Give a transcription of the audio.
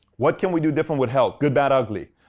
what can we do different with health? good, bad, ugly.